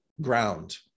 ground